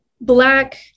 Black